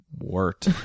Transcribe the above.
wort